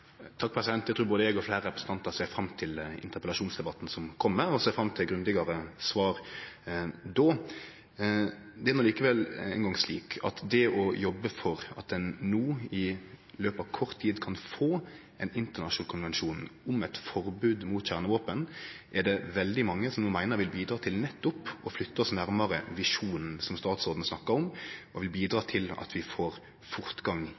Eg trur både eg og fleire representantar ser fram til interpellasjonsdebatten som kjem, og ser fram til grundigare svar då. Det er no likevel eingong slik at det er veldig mange som meiner at det å jobbe for at ein no, i løpet av kort tid, kan få ein internasjonal konvensjon om eit forbod mot kjernevåpen, vil bidra til nettopp å flytte oss nærare visjonen som statsråden snakka om, og til at vi får fortgang